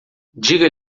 diga